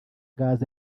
gaz